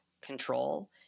control